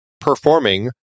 performing